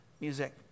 music